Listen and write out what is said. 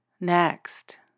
next